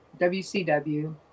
WCW